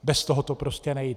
Bez toho to prostě nejde.